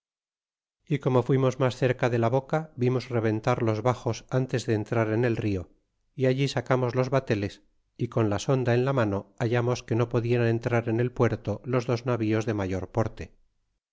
y como fuimos mas cerca de la boca vimos rebentar los baxos ntes de entrar en el rio y allí sacamos los bateles y con la sonda en la mano hallamos que no podian entrar en el puerto los dos navíos de mayor porte